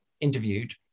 interviewed